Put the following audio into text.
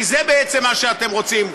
כי זה בעצם מה שאתם רוצים,